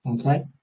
okay